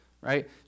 right